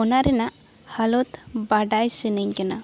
ᱚᱱᱟ ᱨᱮᱱᱟᱜ ᱦᱟᱞᱚᱛ ᱵᱟᱰᱟᱭ ᱥᱟᱱᱟᱧ ᱠᱟᱱᱟ